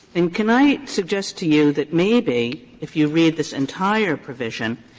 and can i suggest to you that maybe, if you read this entire provision,